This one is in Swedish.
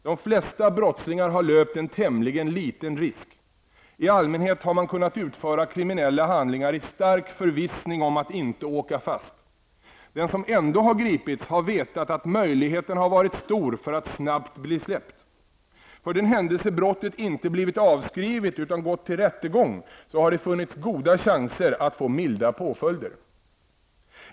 De flesta brottslingar har löpt en tämligen liten risk. I allmänhet har man kunnat utföra kriminella handlingar i stark förvissning om att inte åka fast. Den som ändå har gripits har vetat att möjligheten har varit stor att snabbt bli släppt. För den händelse brottet inte blivit avskrivet, utan gått till rättegången, har det funnits goda chanser att få milda påföljder.